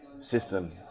system